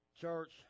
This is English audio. Church